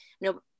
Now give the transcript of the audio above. no